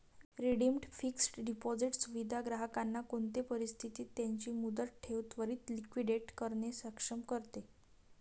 redeemed fixed deposit सुविधा ग्राहकांना कोणते परिस्थितीत त्यांची मुदत ठेव त्वरीत लिक्विडेट करणे सक्षम करते